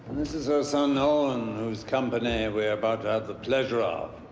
this is her son, owen, whose company we're about to have the pleasure of.